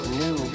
new